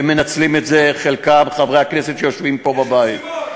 ומנצלים את זה חלקם, חברי הכנסת שיושבים פה, בבית.